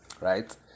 right